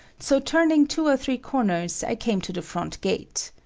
so turning two or three corners, i came to the front gate.